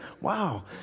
Wow